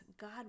God